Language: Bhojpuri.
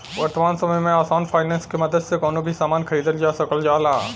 वर्तमान समय में आसान फाइनेंस के मदद से कउनो भी सामान खरीदल जा सकल जाला